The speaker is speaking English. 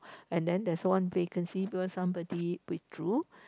and then there's one vacancy because somebody withdrew